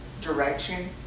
direction